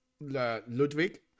Ludwig